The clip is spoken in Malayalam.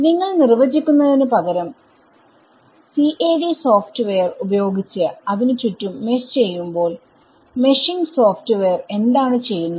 നിങ്ങൾ നിർവ്വചിക്കുന്നതിന് പകരം CAD സോഫ്റ്റ്വെയർ ഉപയോഗിച്ച് അതിനു ചുറ്റും മെഷ് ചെയ്യുമ്പോൾ മെഷിങ് സോഫ്റ്റ്വെയർ എന്താണ് ചെയ്യുന്നത്